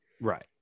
Right